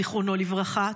זיכרונו לברכה,